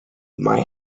might